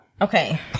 Okay